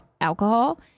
alcohol